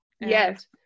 Yes